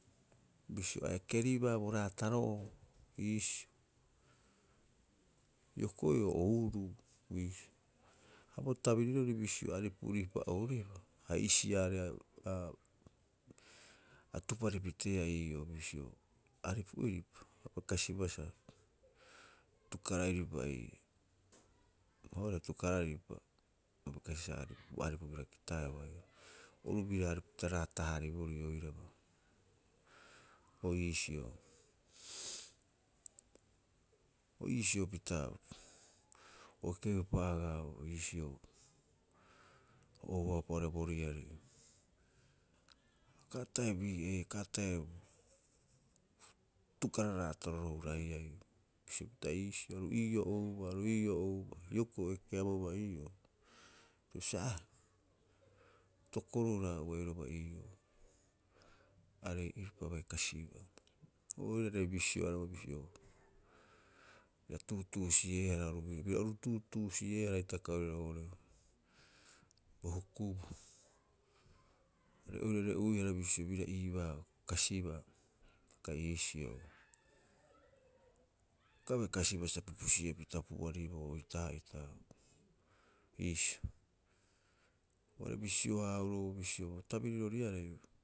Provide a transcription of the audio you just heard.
Bisio a ekeribaa bo raataro'oo iisio. Hioko'i o ouruu iisio. Ha bo tabirirori bisio aripu'iripa ouriiba a hisi'a hareea a a tupari piteea ii'oo bisio, aripu'iripa abai kasiba sa atukara'iripai ii'oo. Ha oo'ore atukara'iripa, a bai kasibaa sa bo aripu bira kitaeeu haia. Oru biraa aripupita raata- haariborii oiraba, o iisio. O iisio pita o eke'opa agaa o iisio o ouaupa oo'ore bo riari. Uka ata'e bi'ee uka ata'e atukara raataroroo hura'iai bisio pita iisio aru ii'oo oubaa, aru ii'oo oubaa. Hioko'i oira ekeabouba ii'oo, bisio aa, tokoruraha ubai oiraba ii'oo, aree'iripa abai kasibaa. O oirare bisio bira tuutuusi'eehara oru bira, bira oru tuutuusi'eehara hitaka oirau oo'ore bo hukubuu. Are oirare'uihara bisio biraa iibaa kasibaa kai iisio. Auka bai kasibaa sa pupusi'e pita pu'ariboo oitaa'ita iisio. O are bisio- haahuroo bisio bo tabiriroriarei.